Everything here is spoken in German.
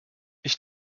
ich